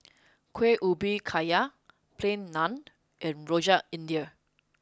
Kuih Ubi Kayu Plain Naan and Rojak iIndia